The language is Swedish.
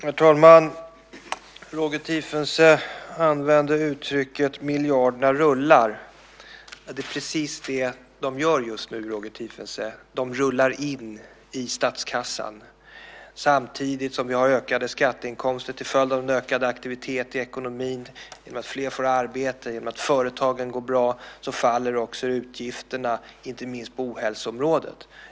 Herr talman! Roger Tiefensee använde uttrycket miljarderna rullar. Det är precis det de gör just nu, Roger Tiefensee. De rullar in i statskassan. Samtidigt som vi har ökade skatteinkomster till följd av en ökad aktivitet i ekonomin genom att fler får arbete och genom att företagen går bra faller också utgifterna, inte minst på ohälsoområdet.